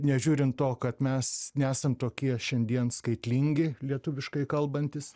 nežiūrint to kad mes nesam tokie šiandien skaitlingi lietuviškai kalbantys